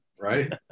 right